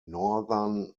northern